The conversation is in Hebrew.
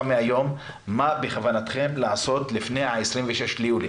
מהיום מה בכוונתכם לעשות לפני ה-26 ביולי.